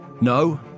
No